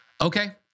Okay